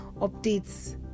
updates